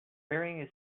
wearing